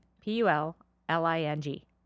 P-U-L-L-I-N-G